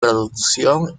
producción